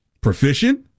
Proficient